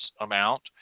amount